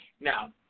Now